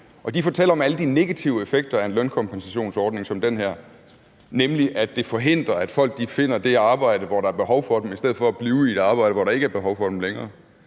De fortæller om alle de negative effekter af en lønkompensationsordning som den her, nemlig at det forhindrer, at folk finder det arbejde, hvor der er behov for dem, i stedet for at blive i et arbejde, hvor der ikke længere er behov for dem. Det er